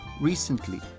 Recently